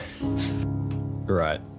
right